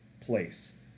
place